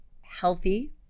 healthy